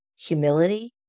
Humility